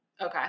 Okay